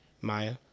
Maya